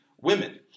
women